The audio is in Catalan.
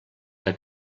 que